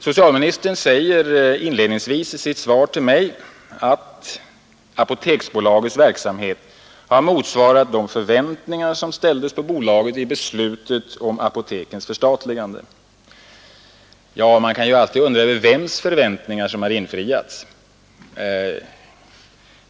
Socialministern säger inledningsvis i sitt svar att ”Apoteksbolagets verksamhet har motsvarat de förväntningar som ställdes på bolaget vid beslutet om apotekens förstatligande”. Man kan alltid undra vems förväntningar det är som infriats.